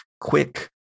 quick